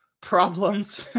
problems